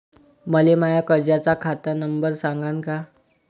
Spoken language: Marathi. मले माया कर्जाचा खात नंबर सांगान का?